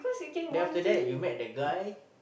then after that you met that guy